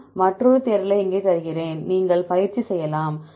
நான் மற்றொரு தேடலை இங்கே தருகிறேன் இங்கே நீங்கள் பயிற்சி செய்யலாம்